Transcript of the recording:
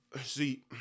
see